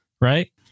right